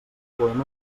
volem